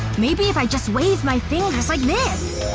maybe if i just wave my fingers like this.